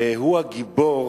והוא הגיבור